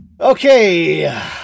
Okay